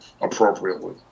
appropriately